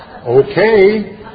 Okay